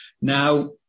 Now